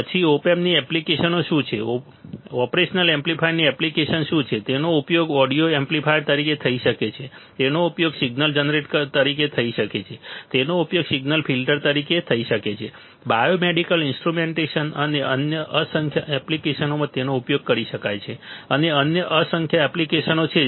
પછી ઓપ એમ્પ્સની એપ્લિકેશનો શું છે ઓપરેશનલ એમ્પ્લીફાયરની એપ્લિકેશન શું છે તેનો ઉપયોગ ઓડિયો એમ્પ્લીફાયર તરીકે થઈ શકે છે તેનો ઉપયોગ સિગ્નલ જનરેટર તરીકે થઈ શકે છે તેનો ઉપયોગ સિગ્નલ ફિલ્ટર તરીકે થઈ શકે છે બાયોમેડિકલ ઇન્સ્ટ્રુમેન્ટેશન અને અન્ય અસંખ્ય એપ્લિકેશનોમાં તેનો ઉપયોગ કરી શકાય છે અને અન્ય અસંખ્ય એપ્લિકેશનો છે